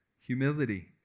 humility